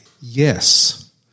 Yes